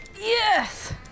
Yes